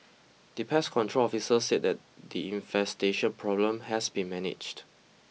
the pest control officer said that the infestation problem has been managed